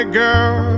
girl